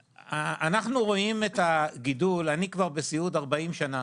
אני בסיעוד כבר 40 שנה.